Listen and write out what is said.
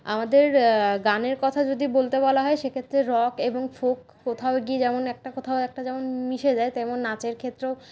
আমাদের গানের কথা যদি বলতে বলা হয় সেক্ষেত্রে রক এবং ফোক কোথাও গিয়ে যেমন একটা কোথাও একটা যেমন মিশে যায় তেমন নাচের ক্ষেত্রেও